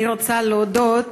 אני רוצה להודות